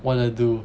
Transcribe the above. what to do